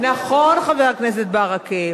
נכון, חבר הכנסת ברכה.